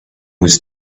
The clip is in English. was